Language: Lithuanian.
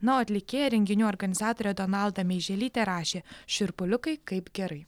na o atlikėja renginių organizatorė donalda meiželytė rašė šiurpuliukai kaip gerai